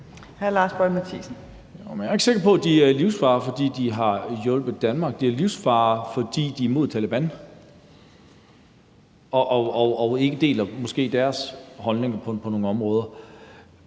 jeg er ikke sikker på, at de er i livsfare, fordi de har hjulpet Danmark. De er i livsfare, fordi de er imod Taleban og måske ikke deler deres holdning på nogle områder.